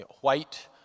White